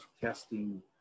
testing